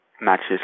matches